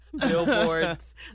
Billboards